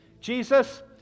Jesus